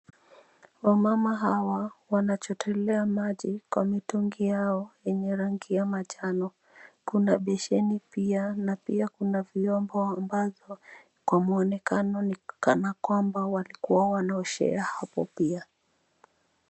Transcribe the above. Wamama hawa wanachotelea maji kwa mitungi yao yenye rangi ya manjano. Kuna besheni pia na pia kuna vyombo kwa mwonekano ni kana kwamba walikua wanaoshea hapo pia.